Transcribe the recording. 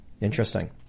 Interesting